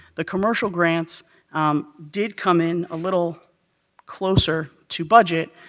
the commercial grants did come in a little closer to budget,